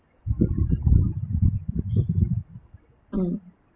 mm